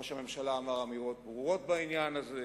ראש הממשלה אמר אמירות ברורות בעניין הזה.